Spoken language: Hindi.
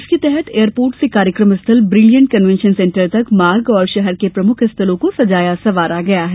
इसके तहत एयरपोर्ट से कार्यकम स्थल ब्रिलिएंट कन्वेंशन सेंटर तक मार्ग और शहर के प्रमुख स्थलों को सजाया संवारा गया है